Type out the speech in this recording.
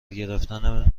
گرفتن